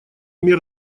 мер